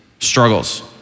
struggles